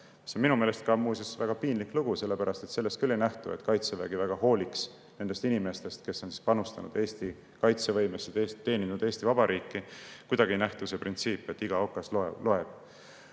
See on minu meelest muuseas väga piinlik lugu, sellepärast et sellest küll ei nähtu, et Kaitsevägi väga hooliks nendest inimestest, kes on panustanud Eesti kaitsevõimesse, teeninud Eesti Vabariiki. Kuidagi ei nähtu see printsiip, et iga okas loeb.